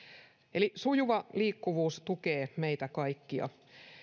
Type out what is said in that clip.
eli sujuva liikkuvuus tukee meitä kaikkia